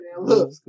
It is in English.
Look